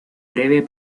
breve